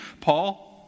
Paul